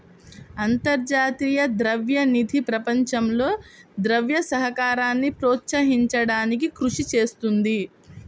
అంతర్జాతీయ ద్రవ్య నిధి ప్రపంచంలో ద్రవ్య సహకారాన్ని ప్రోత్సహించడానికి కృషి చేస్తుంది